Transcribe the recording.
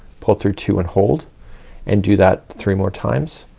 pull through two and hold and do that three more times.